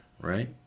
right